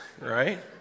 right